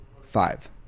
Five